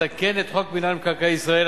המתקן את חוק מינהל מקרקעי ישראל,